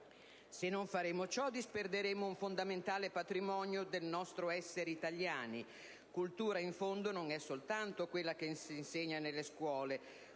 Se non faremo ciò, disperderemo un fondamentale patrimonio del nostro essere italiani. Cultura, in fondo, non è soltanto quella che si insegna nelle scuole.